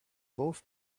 both